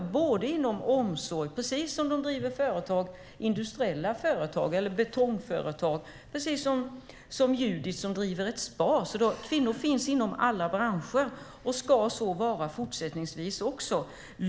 De driver företag inom omsorg precis som de driver industriella företag eller betongföretag - eller som Judit, som driver ett spa. Kvinnor finns inom alla branscher, och så ska det vara även fortsättningsvis.